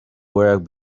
work